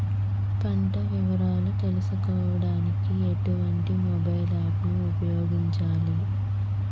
పంట వివరాలు తెలుసుకోడానికి ఎటువంటి మొబైల్ యాప్ ను ఉపయోగించాలి?